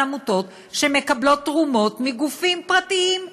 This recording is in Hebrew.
עמותות שמקבלות תרומות מגופים פרטיים?